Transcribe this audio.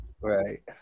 Right